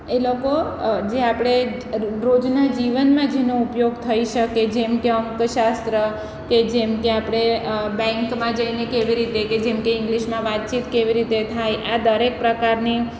એ લોકો જે આપણે રોજના જીવનમાં જેનો ઉપયોગ થઈ શકે જેમ કે આમ તો શાસ્ત્ર કે જેમ કે આપણે બેંકમાં જઈને કેવી રીતે કે જેમ કે ઇંગ્લિશમાં વાતચીત કેવી રીતે થાય આ દરેક પ્રકારની